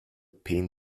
pin